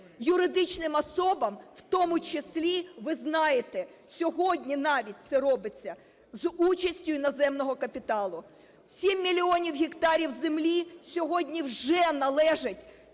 юридичним особам, у тому числі, ви знаєте, сьогодні навіть це робиться – з участю іноземного капіталу. 7 мільйонів гектарів землі сьогодні вже належать